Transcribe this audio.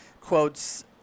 quotes